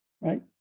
right